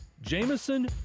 Jameson